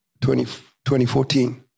2014